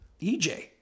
EJ